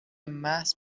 محض